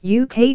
UK